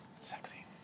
Sexy